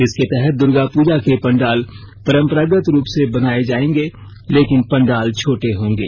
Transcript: इसके तहत दूर्गा पूजा के पंडाल परंपरागत रूप से बनाए जाएंगे लेकिन पंडाल छोटे होंगे